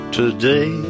today